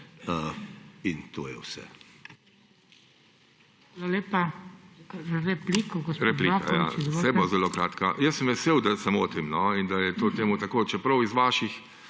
In to je vse.